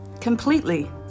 completely